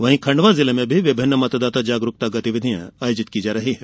वहीं खंडवा जिले में विभिन्न मतदाता जागरूकता गतिविधियां आयोजित की जा रही है